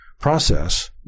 process